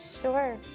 Sure